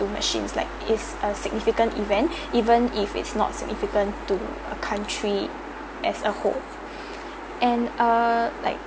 to machines like is uh significant event even if it's not significant to a country as a whole and uh like